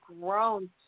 grown